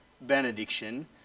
benediction